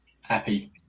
happy